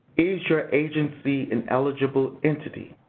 is your agency an eligible entity?